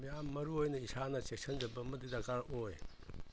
ꯌꯥꯝ ꯃꯔꯨ ꯑꯣꯏꯅ ꯏꯁꯥꯅ ꯆꯦꯛꯁꯤꯟꯖꯕ ꯑꯃꯗꯤ ꯗꯔꯀꯥꯔ ꯑꯣꯏ